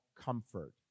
comfort